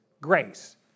grace